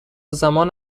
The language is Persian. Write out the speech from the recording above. زمان